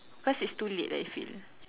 cause it's too late I feel